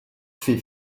fait